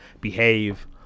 behave